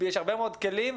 יש הרבה מאוד כלים.